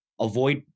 Avoid